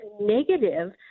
negative